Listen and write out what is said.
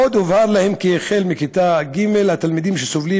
עוד הובהר להם כי החל מכיתה ג' התלמידים שסובלים